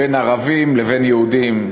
בין ערבים לבין יהודים,